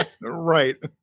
right